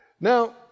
Now